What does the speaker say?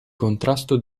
contrasto